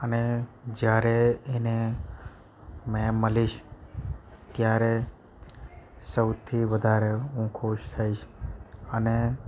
અને જ્યારે એને મેં મળીશ ત્યારે સૌથી વધારે હું ખુશ થઈશ અને